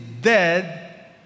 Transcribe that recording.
dead